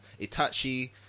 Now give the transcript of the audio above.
Itachi